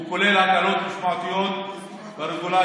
הם כוללים הקלות משמעותיות ברגולציה,